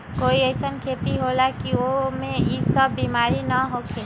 कोई अईसन खेती होला की वो में ई सब बीमारी न होखे?